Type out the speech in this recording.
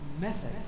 method